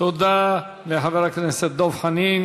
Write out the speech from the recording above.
תודה לחבר הכנסת דב חנין.